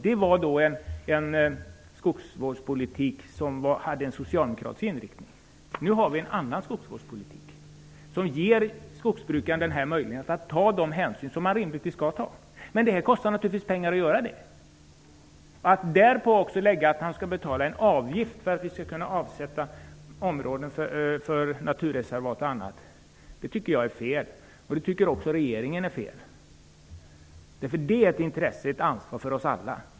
Det var en skogsvårdspolitik som hade socialdemokratisk inriktning. Nu har vi en annan skogsvårdspolitik som ger skogsbrukaren möjlighet att ta de hänsyn som möjligtvis skall tas. Men det kostar naturligtvis pengar att göra det. Att därpå också lägga att skogsbrukaren skall betala en avgift för att vi skall avsätta områden till naturreservat och annat, tycker jag är fel. Det tycker också regeringen är fel, för det är ett intresse och ett ansvar för oss alla.